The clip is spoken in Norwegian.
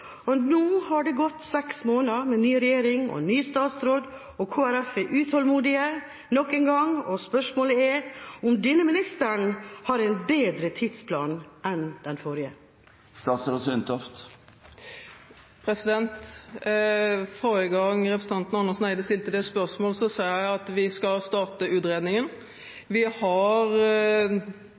Nå har det gått seks måneder med ny regjering og ny statsråd, og Kristelig Folkeparti er nok en gang utålmodig. Spørsmålet er: Har denne ministeren en bedre tidsplan enn den forrige? Forrige gang representanten Andersen Eide stilte det spørsmålet sa jeg at vi skal starte utredningen. Vi har